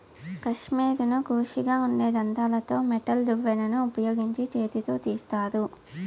కష్మెరెను కోషిగా ఉండే దంతాలతో మెటల్ దువ్వెనను ఉపయోగించి చేతితో తీస్తారు